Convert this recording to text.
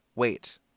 Wait